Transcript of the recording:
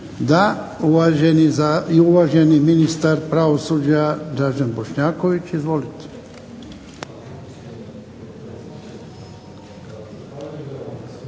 Da. Uvaženi ministar pravosuđa Dražen Bošnjaković. Izvolite.